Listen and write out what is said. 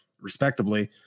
respectively